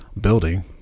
building